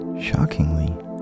shockingly